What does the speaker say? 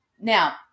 now